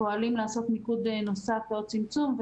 פועלים לעשות מיקוד נוסף ועוד צמצום,